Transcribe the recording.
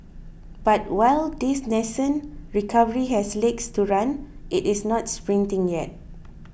but while this nascent recovery has legs to run it is not sprinting yet